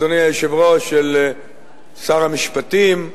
אדוני היושב-ראש, של שר המשפטים,